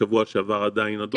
שבוע שעבר עדיין אדומה.